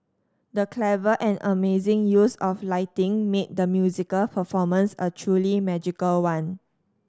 the clever and amazing use of lighting made the musical performance a truly magical one